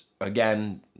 again